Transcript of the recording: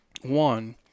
One